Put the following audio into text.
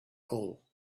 hole